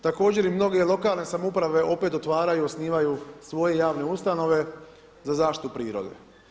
Također i mnoge lokalne samouprave opet otvaraju, osnivaju svoje javne ustanove za zaštitu prirode.